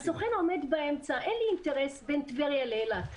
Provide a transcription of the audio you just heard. הסוכן עומד באמצע, אין לו אינטרס בין טבריה לאילת.